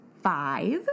five